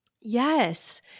Yes